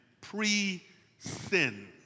pre-sin